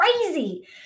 crazy